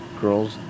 girls